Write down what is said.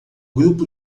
grupo